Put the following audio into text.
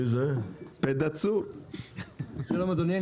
שלום אדוני,